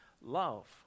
love